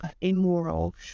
immoral